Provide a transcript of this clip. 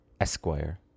Esquire